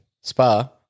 spa